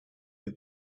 that